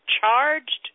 charged